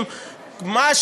מי